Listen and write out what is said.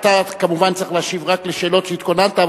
אתה כמובן צריך להשיב רק על השאלות שהתכוננת אליהן,